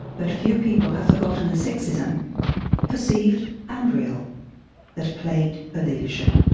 but few people have forgotten the sexism perceived and real that plagued her leadership.